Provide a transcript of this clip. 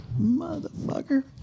Motherfucker